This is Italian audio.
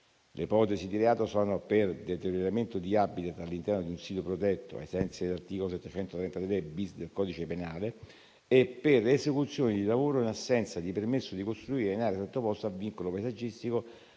Le ipotesi di reato sono per deterioramento di *habitat* all'interno di un sito protetto, ai sensi dell'articolo 733-*bis* del codice penale, e per esecuzione di lavoro in assenza di permesso di costruire in area sottoposta a vincolo paesaggistico